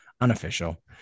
unofficial